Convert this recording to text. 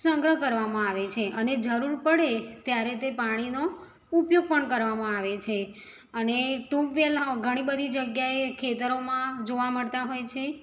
સંગ્રહ કરવામાં આવે છે અને જરૂર પડે ત્યારે તે પાણીનો ઉપયોગ પણ કરવામાં આવે છે અને ટ્યુબવેલ ઘણીબધી જગ્યાએ ખેતરોમાં જોવા મળતા હોય છે